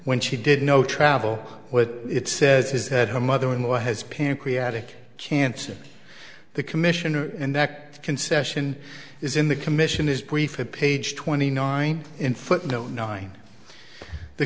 when she did no travel what it says is that her mother in law has pancreatic cancer the commissioner in that concession is in the commission is brief a page twenty nine in